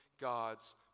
God's